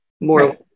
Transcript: more